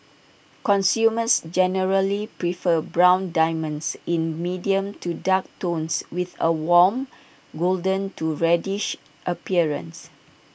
consumers generally prefer brown diamonds in medium to dark tones with A warm golden to reddish appearance